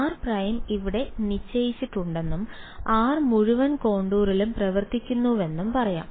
r prime ഇവിടെ നിശ്ചയിച്ചിട്ടുണ്ടെന്നും r മുഴുവൻ കോണ്ടൂരിലും പ്രവർത്തിക്കുന്നുവെന്നും പറയാം